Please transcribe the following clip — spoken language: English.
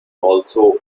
also